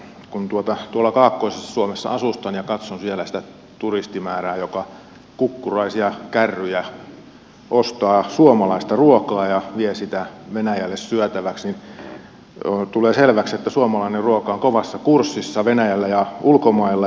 kun tuolla kaakkoisessa suomessa asustan ja katson siellä sitä turistimäärää joka kukkuraisia kärryjä ostaa suomalaista ruokaa ja vie sitä venäjälle syötäväksi niin tulee selväksi että suomalainen ruoka on kovassa kurssissa venäjällä ja ulkomailla